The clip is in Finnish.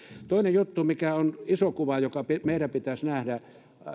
toinen juttu mikä on iso kuva joka meidän pitäisi nähdä